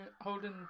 holding